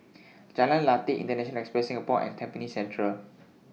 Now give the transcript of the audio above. Jalan Lateh International Enterprise Singapore and Tampines Central